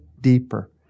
deeper